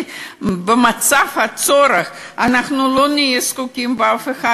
במצב הצורך לא נהיה זקוקים לאף אחד,